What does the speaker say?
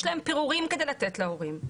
יש להם פירורים כדי לתת להורים.